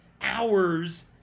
hours